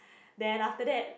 then after that